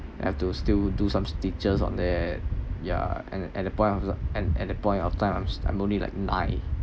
have to still do some stitches on there yeah at the at the point of the at the at the point of times I'm s~ I'm only like nine